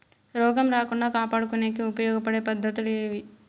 రోగం రాకుండా కాపాడుకునేకి ఉపయోగపడే పద్ధతులు ఏవి?